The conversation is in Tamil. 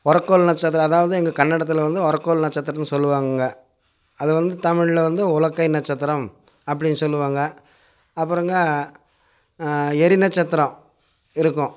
ஒரக்கோள் நட்சத்திரம் அதாவது எங்கள் கன்னடத்தில் வந்து ஒரக்கோள் நட்சத்திரம்னு சொல்லுவாங்கங்க அதை வந்து தமிழில் வந்து உலக்கை நட்சத்திரம் அப்படின்னு சொல்லுவாங்க அப்புறங்க எரிநட்சத்திரம் இருக்கும்